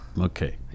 Okay